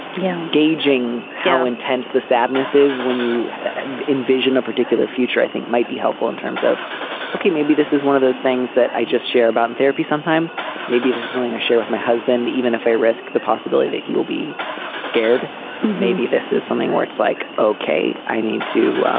yeah i'm gauging how intense the sadness is when you envision a particular future i think might be helpful in terms of ok maybe this is one of those things that i just share about in therapy sometimes maybe this is the thing i share with my husband even if i risk the possibility that he will be scared maybe this is something where it's like ok i need to